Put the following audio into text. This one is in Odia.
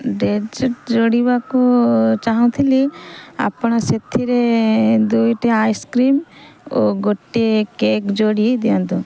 ଡେଜର୍ଟ୍ ଯୋଡ଼ିବାକୁ ଚାହୁଁଥିଲି ଆପଣ ସେଥିରେ ଦୁଇଟା ଆଇସକ୍ରିମ୍ ଓ ଗୋଟିଏ କେକ୍ ଯୋଡ଼ି ଦିଅନ୍ତୁ